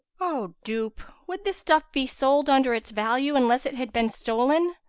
o dupe, would this stuff be sold under its value, unless it had been stolen?